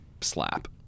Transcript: slap